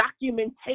documentation